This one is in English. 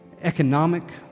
economic